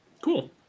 Cool